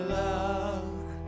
love